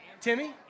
Timmy